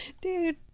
Dude